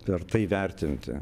per tai vertinti